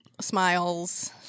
smiles